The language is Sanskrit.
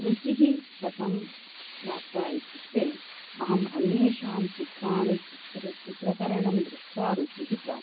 रुचिः कथं प्राप्ता इत्युक्ते अहम् अन्येषां चित्राणि चित्रकरणं दृष्ट्वा रुचिः प्राप्ता